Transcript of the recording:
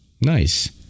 Nice